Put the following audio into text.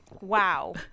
wow